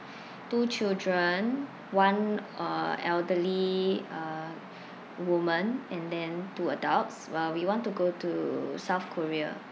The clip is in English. two children one uh elderly uh woman and then two adults uh we want to go to south korea